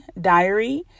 Diary